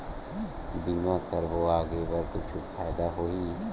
बीमा करबो आगे बर कुछु फ़ायदा होही?